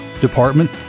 department